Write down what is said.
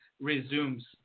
resumes